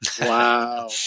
Wow